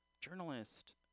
journalist